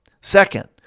Second